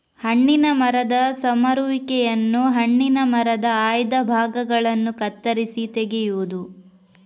ಹಣ್ಣಿನ ಮರದ ಸಮರುವಿಕೆಯನ್ನು ಹಣ್ಣಿನ ಮರದ ಆಯ್ದ ಭಾಗಗಳನ್ನು ಕತ್ತರಿಸಿ ತೆಗೆಯುವುದು